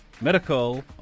medical